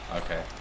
okay